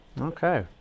Okay